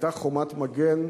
והיתה "חומת מגן",